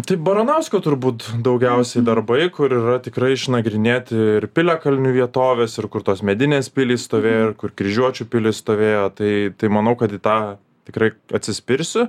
tai baranausko turbūt daugiausiai darbai kur yra tikrai išnagrinėti ir piliakalnių vietovės ir kur tos medinės pilys stovėjo ir kur kryžiuočių pilys stovėjo tai tai manau kad į tą tikrai atsispirsiu